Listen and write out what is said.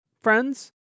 Friends